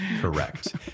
Correct